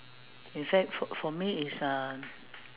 in fact for for me is uh